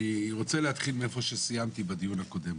אני רוצה להתחיל מאיפה שסיימתי בדיון הקודם.